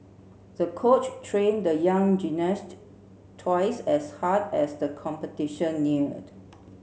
the coach trained the young gymnast twice as hard as the competition neared